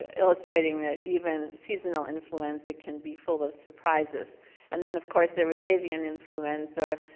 illustrating that even seasonal influenza can be full of surprises and then of course there was avian influenza,